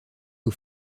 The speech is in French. aux